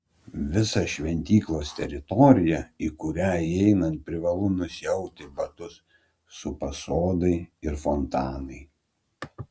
visą šventyklos teritoriją į kurią įeinant privalu nusiauti batus supa sodai ir fontanai